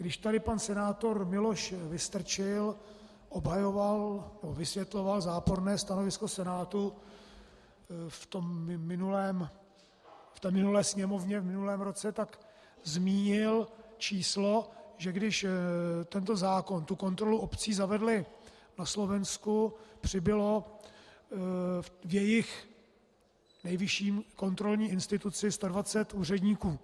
Když tady pan senátor Miloš Vystrčil vysvětloval záporné stanovisko Senátu v minulé Sněmovně v minulém roce, tak zmínil číslo, že když tento zákon, tu kontrolu obcí, zavedli na Slovensku, přibylo v jejich nejvyšší kontrolní instituci 120 úředníků.